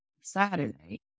Saturday